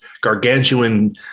gargantuan